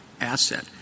asset